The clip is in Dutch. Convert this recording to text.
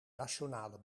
nationale